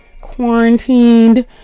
quarantined